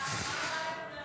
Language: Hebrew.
תודה רבה, תודה רבה לכולם.